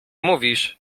mówisz